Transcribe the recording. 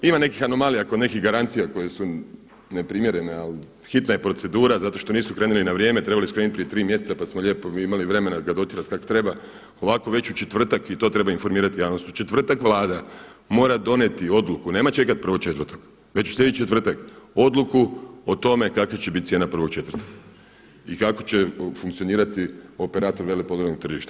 Ima nekih anomalija oko nekih garancija koje su neprimjerne, ali hitna je procedura zato što nisu krenuli na vrijeme. trebali su krenuti prije tri mjeseca pa smo mi lijepo imali vremena ga dotjerati kako treba, ovako već u četvrtka i to treba informirati javnost, u četvrtak Vlada mora donijeti odluku, nema čekat 1.4. već u sljedeći četvrtak, odluku o tome kakva će biti cijena 1.4. i kako će funkcionirati operator veleprodajnog tržišta.